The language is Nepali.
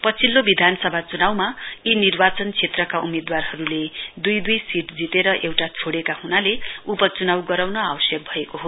पछिल्लो विधानसभा चुनाउमा यी निर्वाचन क्षेत्रका उम्मेद्वारहरूले दुई दुई सीट जितेर एउटा छोडेका हुनाले उपचनाउ गराउन आवश्यक भएको हो